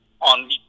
on